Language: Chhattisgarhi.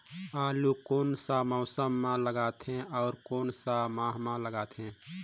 आलू कोन सा मौसम मां लगथे अउ कोन सा माह मां लगथे?